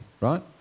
right